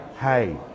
hey